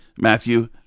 Matthew